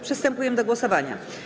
Przystępujemy do głosowania.